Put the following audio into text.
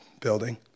building